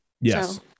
Yes